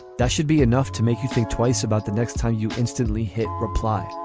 that should be enough to make you think twice about the next time you instantly hit reply